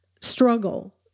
struggle